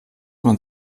man